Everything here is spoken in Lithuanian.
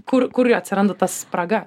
kur kur atsiranda ta spraga